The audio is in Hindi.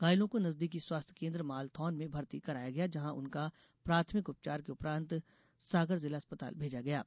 घायलों को नजदीकी स्वास्थ्य केंन्द्र मालथौन में मर्ती कराया गया जहां उनका प्राथमिक उपचार के उपरांत सागर जिला अस्पताल भेजा गया है